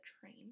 train